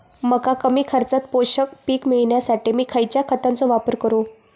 मका कमी खर्चात पोषक पीक मिळण्यासाठी मी खैयच्या खतांचो वापर करू?